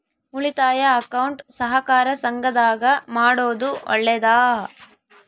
ಉಳಿತಾಯ ಅಕೌಂಟ್ ಸಹಕಾರ ಸಂಘದಾಗ ಮಾಡೋದು ಒಳ್ಳೇದಾ?